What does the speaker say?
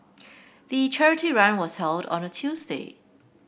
the charity run was held on a Tuesday